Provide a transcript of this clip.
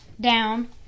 down